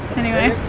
anyway.